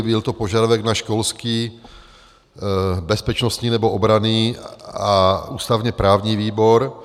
Byl to požadavek na školský, bezpečnostní nebo obranný a ústavněprávní výbor.